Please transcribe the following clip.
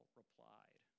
replied